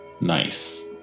Nice